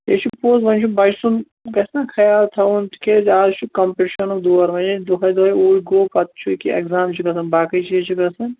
یہِ چھُ پوٚز وۅنۍ چھُ بَچہٕ سُنٛد گَژھِ نا خَیال تھاوُن تِکیٛازِ از چھُ کمپِٹشیٚنُک دوٗر وۅنۍ ییٚلہِ دۅہے دۅہے اوٗرۍ گوٚو پَتہٕ چھُ اکہِ ایٛگزام چھُ گژھان باقٕے چیٖز چھِ گژھان